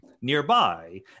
nearby